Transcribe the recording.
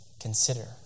consider